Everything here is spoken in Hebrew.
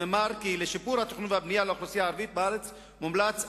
נאמר כי לשיפור התכנון והבנייה לאוכלוסייה הערבית בארץ מומלץ: